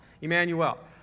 Emmanuel